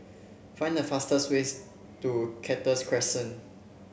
find the fastest way to Cactus Crescent